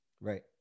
Right